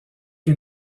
que